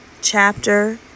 chapter